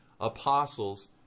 apostles